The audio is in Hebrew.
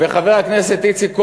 חבר הכנסת איציק כהן,